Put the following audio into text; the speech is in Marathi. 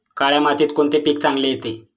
काळ्या मातीत कोणते पीक चांगले येते?